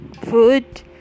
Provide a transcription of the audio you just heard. food